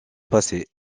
passé